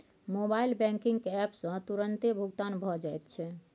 mobile banking app सँ तुरतें भुगतान भए जाइत छै